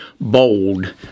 Bold